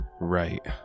Right